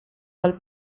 val